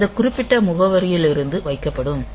இது இந்த குறிப்பிட்ட முகவரியிலிருந்து வைக்கப்படும்